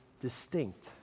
distinct